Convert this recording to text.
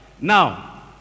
Now